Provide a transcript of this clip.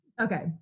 Okay